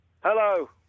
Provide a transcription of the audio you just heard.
Hello